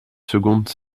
seconde